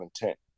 intent